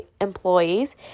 employees